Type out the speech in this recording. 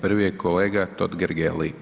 Prvi je kolega Totgergeli.